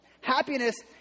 happiness